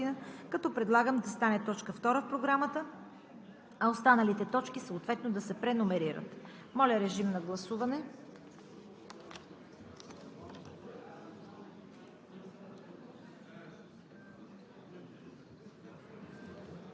председател на Централната избирателна комисия.“ Вносител е Комисията по правни въпроси, на 23 септември 2020 г., като предлагам да стане точка втора в Програмата, а останалите съответно да се преномерират. Моля, режим на гласуване.